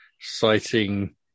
citing